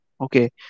Okay